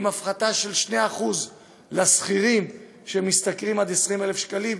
ועם הפחתה של 2% לשכירים שמשתכרים עד 20,000 שקלים,